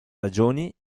ragioni